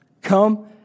come